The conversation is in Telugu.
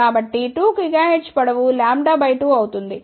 కాబట్టి 2 GHz పొడవు λ బై 2 అవుతుంది